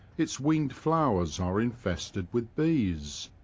its winged flowers are infested with bees.